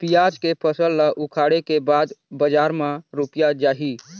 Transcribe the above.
पियाज के फसल ला उखाड़े के बाद बजार मा रुपिया जाही?